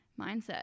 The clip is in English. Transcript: mindset